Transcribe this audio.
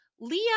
Leah